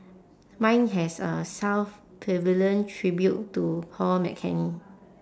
mine has uh south pavilion tribute to paul mccartney